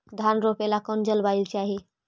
धान रोप ला कौन जलवायु चाही?